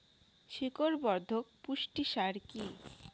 শিকড় বর্ধক পুষ্টি সার কি?